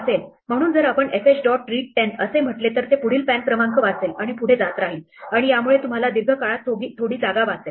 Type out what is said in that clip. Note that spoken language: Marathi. म्हणून जर आपण fh dot read 10 असे म्हटले तर ते पुढील पॅन क्रमांक वाचेल आणि पुढे जात राहील आणि यामुळे तुम्हाला दीर्घकाळात थोडी जागा वाचेल